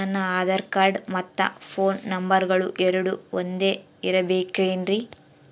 ನನ್ನ ಆಧಾರ್ ಕಾರ್ಡ್ ಮತ್ತ ಪೋನ್ ನಂಬರಗಳು ಎರಡು ಒಂದೆ ಇರಬೇಕಿನ್ರಿ?